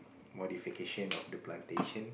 modification of the plantation